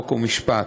חוק ומשפט.